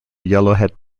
yellowhead